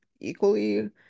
equally